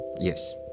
yes